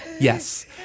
yes